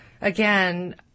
again